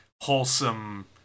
wholesome